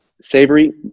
Savory